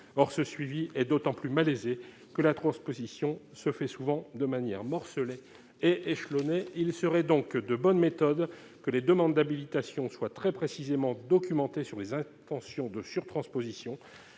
or ce suivi est d'autant plus malaisée que la transposition se fait souvent de manière morcelé et échelonnée, il serait donc de bonne méthode que les demandes d'habilitation, soit très précisément documentée sur les intentions de surtransposition